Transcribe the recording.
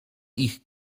ich